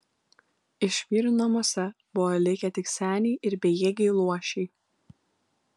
iš vyrų namuose buvo likę tik seniai ir bejėgiai luošiai